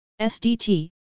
SDT